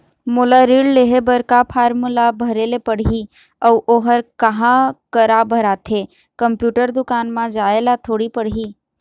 मोला ऋण लेहे बर का फार्म ला भरे ले पड़ही अऊ ओहर कहा करा भराथे, कंप्यूटर दुकान मा जाए ला थोड़ी पड़ही?